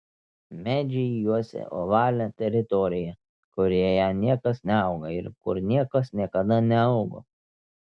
medžiai juosia ovalią teritoriją kurioje niekas neauga ir kur niekas niekada neaugo